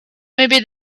maybe